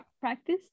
practice